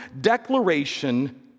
declaration